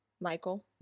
Michael